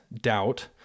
doubt